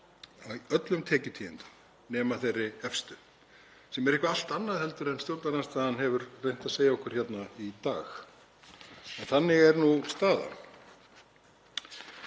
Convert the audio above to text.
í öllum tekjutíundum nema þeirri efstu. Það er eitthvað allt annað en stjórnarandstaðan hefur reynt að segja okkur hérna í dag. En þannig er nú staðan.